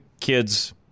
kids